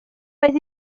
pas